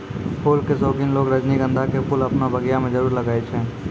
फूल के शौकिन लोगॅ रजनीगंधा के फूल आपनो बगिया मॅ जरूर लगाय छै